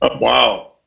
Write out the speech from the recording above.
wow